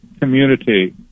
community